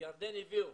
'מירדן הביאו,